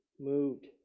moved